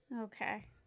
Okay